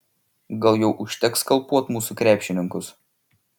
gal jau užteks skalpuot mūsų krepšininkus